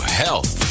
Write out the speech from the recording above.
health